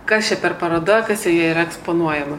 kas čia per paroda kas joje yra eksponuojama